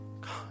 God